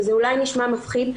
וזה אולי נשמע מפחיד,